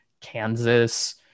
Kansas